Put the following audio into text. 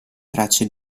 tracce